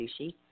sushi